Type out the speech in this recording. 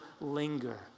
linger